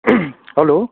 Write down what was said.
hello